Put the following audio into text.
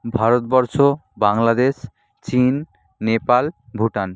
ভারতবর্ষ বাংলাদেশ চীন নেপাল ভুটান